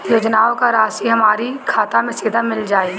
योजनाओं का राशि हमारी खाता मे सीधा मिल जाई?